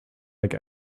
like